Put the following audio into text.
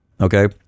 Okay